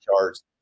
charts